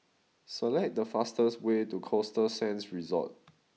select the fastest way to Costa Sands Resort